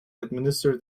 administer